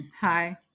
hi